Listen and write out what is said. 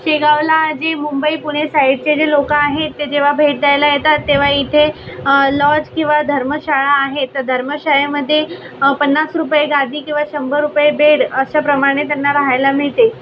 शेगावला जी मुंबई पुणे साईडचे जे लोक आहेत ते जेव्हा भेट द्यायला येतात तेव्हा इथे लॉज किंवा धर्मशाळा आहे तर धर्मशाळेमध्ये पन्नास रुपये गादी किंवा शंभर रुपये बेड अशा प्रमाणे त्यांना राहायला मिळते